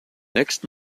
next